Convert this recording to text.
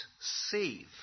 save